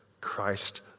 Christ